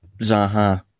Zaha